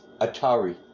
Atari